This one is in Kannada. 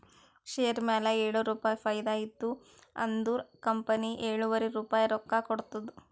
ಶೇರ್ ಮ್ಯಾಲ ಏಳು ರುಪಾಯಿ ಫೈದಾ ಇತ್ತು ಅಂದುರ್ ಕಂಪನಿ ಎಳುವರಿ ರುಪಾಯಿ ರೊಕ್ಕಾ ಕೊಡ್ತುದ್